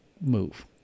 move